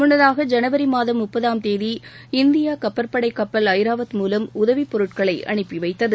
முன்னதாக ஜனவரி மாதம் முப்பதாம் தேதி இந்தியா கப்பற்படை கப்பல் ஐராவாத் மூலம் உதவிப்பொருட்களை அனுப்பிவைத்தது